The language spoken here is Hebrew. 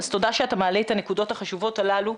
אז תודה שאתה מעלה את הנקודות החשובות הללו.